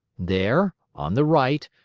there, on the right,